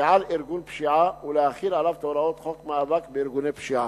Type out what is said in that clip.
כעל ארגון פשיעה ולהחיל עליו את הוראות חוק מאבק בארגוני פשיעה.